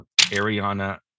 Ariana